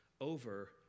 over